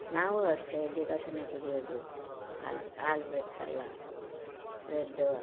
ನಾವು ಅಷ್ಟೇ ಡಿಕಾಸನ್ನೇ ಕುಡಿಯೋದು ಹಾಲು ಹಾಲು ಬೆರ್ಸೋಲ್ಲ ಬ್ರೆಡ್ಡ